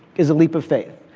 is a leap of faith.